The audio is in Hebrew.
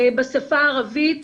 בשפה הערבית.